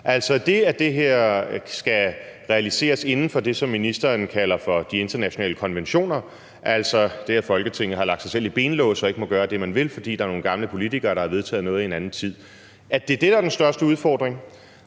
det det, at det her skal realiseres inden for det, som ministeren kalder for de internationale konventioner, altså det, at Folketinget har lagt sig selv i benlås og ikke må gøre det, man vil, fordi der er nogle gamle politikere, der har vedtaget noget i en anden tid, der er den største udfordring,